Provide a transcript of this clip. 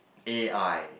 A_I